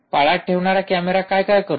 पाळत ठेवणारा कॅमेरा काय काय करतो